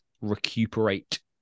recuperate